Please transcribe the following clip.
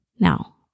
Now